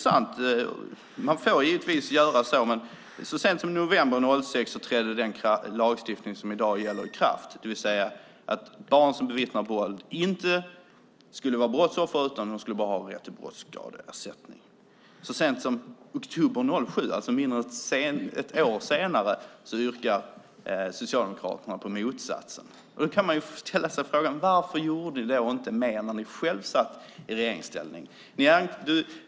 Så sent som i november 2006 trädde den lagstiftning som i dag gäller i kraft, det vill säga att barn som bevittnar våld inte är brottsoffer utan bara har rätt till brottsskadeersättning. Så sent som i oktober 2007, alltså mindre än ett år senare, yrkade Socialdemokraterna på motsatsen. Då kan man ställa sig frågan: Varför gjorde ni inte mer när ni själva satt i regeringsställning?